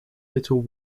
little